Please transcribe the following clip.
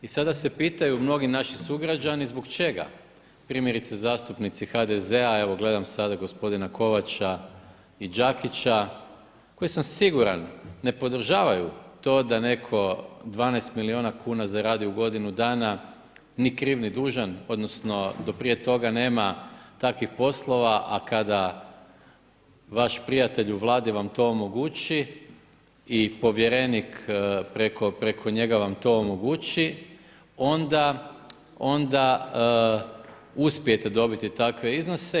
I sada se pitaju mnogi naši sugrađani zbog čega, primjerice zastupnici HDZ-a evo gledam sada gospodina Kovača i Đakića koji sam siguran ne podržavaju to da neko 12 milijuna kuna zaradi u godinu dana ni kriv ni dužan odnosno do prije toga nema takvih poslova, a kada vaš prijatelj u Vladi vam to omogući i povjerenik preko njega vam to omogući onda uspijete dobiti takve iznose.